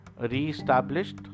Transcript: re-established